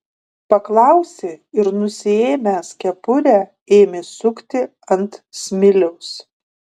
paklausė ir nusiėmęs kepurę ėmė sukti ant smiliaus